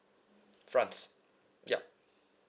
france ya